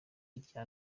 irya